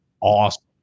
awesome